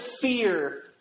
fear